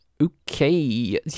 okay